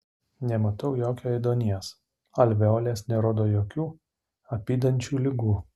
nematau jokio ėduonies alveolės nerodo jokių apydančių ligų